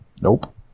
Nope